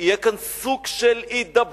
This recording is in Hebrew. יהיה כאן סוג של הידברות.